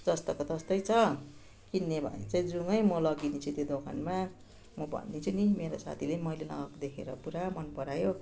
जस्ताको तस्तै छ किन्ने भने चाहिँ जाउँ है म लगि दिन्छु त्यो दोकानमा म भनिदिन्छु नि मेरो साथीले मैले लगाएको देखेर पुरा मनपरायो